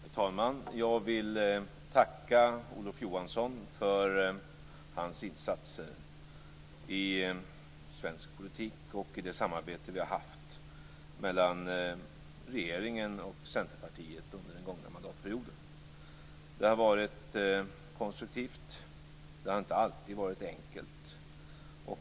Herr talman! Jag vill tacka Olof Johansson för hans insatser i svensk politik och i det samarbete vi har haft mellan regeringen och Centerpartiet under den gångna mandatperioden. Det har varit konstruktivt. Det har inte alltid varit enkelt.